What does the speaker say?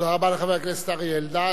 תודה רבה לחבר הכנסת אריה אלדד.